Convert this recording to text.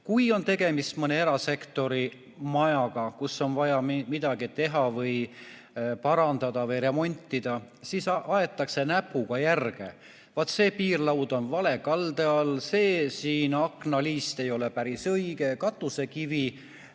Kui on tegemist mõne erasektori majaga, kus on vaja midagi teha või parandada või remontida, siis aetakse näpuga järge. Vaat see piirlaud on vale kalde all, see aknaliist ei ole päris õige, katusekivi